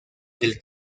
del